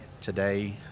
today